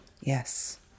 Yes